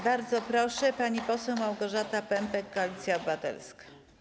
Bardzo proszę, pani poseł Małgorzata Pępek, Koalicja Obywatelska.